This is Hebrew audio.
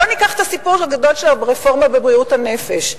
בואו ניקח את הסיפור הגדול של הרפורמה בבריאות הנפש.